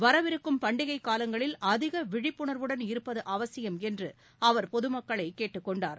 வரவிருக்கும் பண்டிகை காலங்களில் அதிக விழிப்புணர்வுடன் இருப்பது அவசியம் என்று அவர் பொதுமக்களை கேட்டுக் கொண்டார்